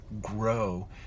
grow